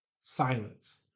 silence